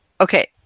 Okay